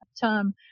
term